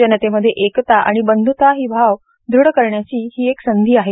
जनतेमध्ये एकता आणि बंध्ता ही भाव दृढ करण्याची ही एक संधी आहे